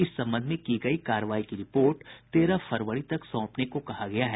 इस संबंध में की गयी कार्रवाई की रिपोर्ट तेरह फरवरी तक सौंपने को कहा गया है